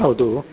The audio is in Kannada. ಹೌದು